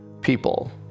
people